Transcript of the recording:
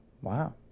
wow